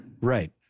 right